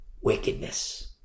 wickedness